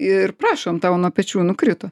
ir prašom tau nuo pečių nukrito